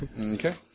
Okay